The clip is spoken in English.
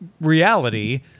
reality